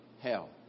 hell